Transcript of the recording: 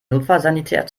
notfallsanitäter